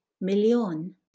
million